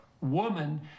woman